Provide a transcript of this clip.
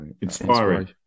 inspiring